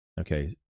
Okay